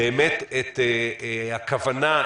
את הכוונה,